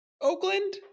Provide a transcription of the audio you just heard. Oakland